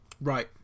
Right